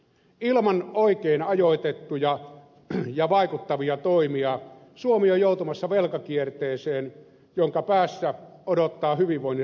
ilman oikein ajoitettuja ja vaikuttavia toimia suomi on joutumassa velkakierteeseen jonka päässä odottaa hyvinvoinnin rapautuminen